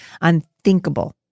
unthinkable